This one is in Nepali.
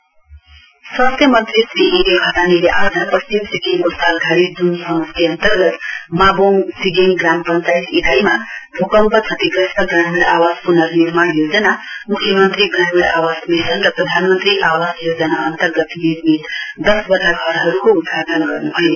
हाउसेस इनोग्रेशन स्वास्थ्य मन्त्री श्री ए के घतानीले आज पश्चिम सिक्किमको सालघारी जूम समष्टि अन्तर्गत मावोङ सिगेङ ग्राम पंचायत इकाईमा भूकम्प क्षतिग्रस्त ग्रामीण आवास पुननिर्माण योजना मुख्य मन्त्री ग्रामीण आवास मिशन र प्रधानमन्त्री आवास योजना अन्तर्गत निर्मित दसवटा घरहरुको उद्घाटन गर्नुभयो